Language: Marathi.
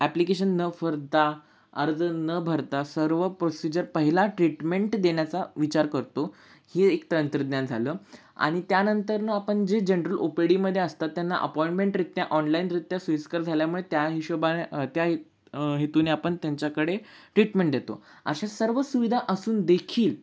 ॲप्लिकेशन न भरता अर्ज न भरता सर्व प्रोसिजर पहिला ट्रीटमेंट देण्याचा विचार करतो हे एक तंत्रज्ञान झालं आणि त्यानंतर आपण जे जनरल ओ पे डीमध्ये असतात त्यांना अपॉइंटमेंटरित्या ऑनलाईनरित्या सोयीस्कर झाल्यामुळे त्या हिशोबाने त्या हेतूने आपण त्यांच्याकडे ट्रीटमेंट देतो अशा सर्व सुविधा असून देखील